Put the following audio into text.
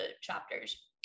chapters